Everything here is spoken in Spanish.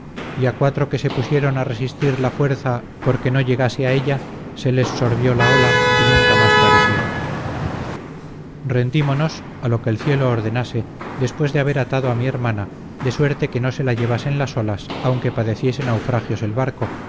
a cuatro que se pusieron a resistir la fuerza por que no llegase a ella se les sorbió la ola y nunca más parecieron rendímonos a lo que el cielo ordenase después de haber atado a mi hermana de suerte que no se la llevasen las olas aunque padeciese naufragios el barco